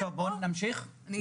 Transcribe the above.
אני רוצה להמשיך,